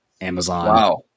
Amazon